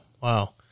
wow